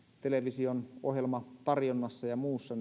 television ohjelmatarjonnassa ja muussa